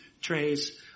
trays